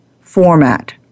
format